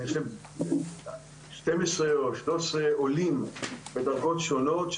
אני חושב שנים עשר או שלושה עשר עולים בדרגות שונות,